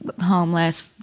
homeless